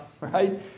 right